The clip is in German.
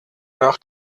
nach